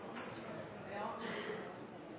Ja,